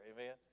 amen